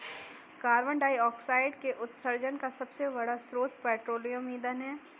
carbon dioxide के उत्सर्जन का सबसे बड़ा स्रोत पेट्रोलियम ईंधन है